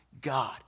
God